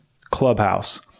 Clubhouse